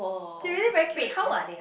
they really very cute eh